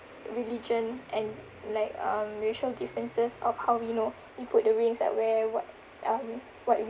religion and like um racial differences of how we know we put the rings at where what um what we need